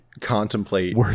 contemplate